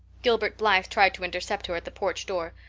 gilbert blythe tried to intercept her at the porch door.